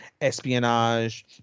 espionage